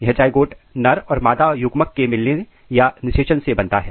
यह जाएगोट नर और मादा युग्मक के मिलने या निषेचन से बनता है